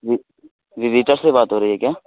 جی visitor سے بات ہو رہی ہے کیا